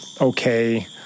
okay